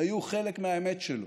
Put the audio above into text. היו חלק מהאמת שלו.